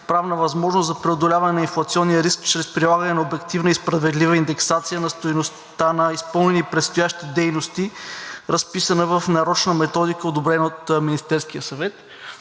правна възможност за преодоляване на инфлационния риск чрез прилагане на обективна и справедлива индексация на стойността на изпълнени и предстоящи дейности, разписана в нарочна методика, одобрена от Министерския съвет.